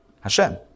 Hashem